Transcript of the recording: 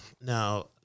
Now